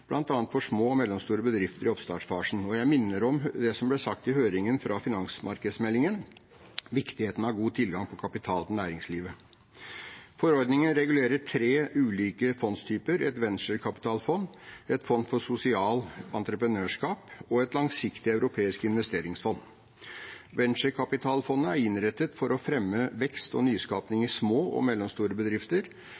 bl.a. for små og mellomstore bedrifter i oppstartsfasen. Jeg minner om det som ble sagt i høringen om finansmarkedsmeldingen, nemlig viktigheten av god tilgang på kapital til næringslivet. Forordningene regulerer tre ulike fondstyper: et venturekapitalfond, et fond for sosialt entreprenørskap og et langsiktig europeisk investeringsfond. Venturekapitalfondet er innrettet for å fremme vekst og